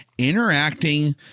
interacting